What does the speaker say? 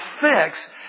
fix